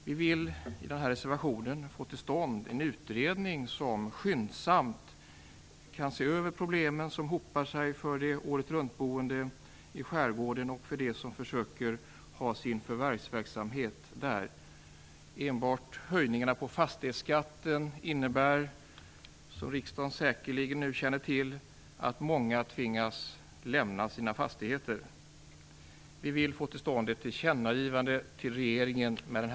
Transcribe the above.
Vi säger i reservationen att vi vill att en utredning kommer till stånd som skyndsamt kan se över problemen, vilka hopar sig för dem som är åretruntboende i skärgården och för dem som försöker ha sin förvärvsverksamhet där. Enbart höjningen av fastighetsskatten innebär, som riksdagen nu säkerligen känner till, att många tvingas lämna sina fastigheter. Vi vill med nämnda reservation få till stånd ett tillkännagivande till regeringen.